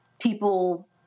people